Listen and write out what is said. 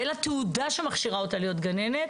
ואין לה תעודה שמכשירה אותה להיות גננת,